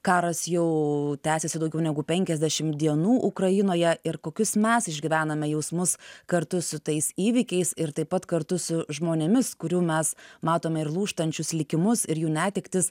karas jau tęsiasi daugiau negu penkiasdešim dienų ukrainoje ir kokius mes išgyvename jausmus kartu su tais įvykiais ir taip pat kartu su žmonėmis kurių mes matome ir lūžtančius likimus ir jų netektis